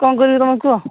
କ'ଣ କରିବି ତୁମେ କୁହ